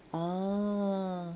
uh